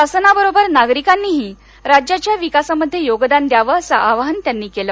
शासनाबरोबर नागरिकांनीही राज्याच्या विकासामध्ये योगदान द्यावे असं आवाहन त्यांनी केलं